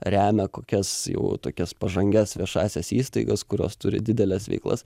remia kokias jau tokias pažangias viešąsias įstaigas kurios turi dideles veiklas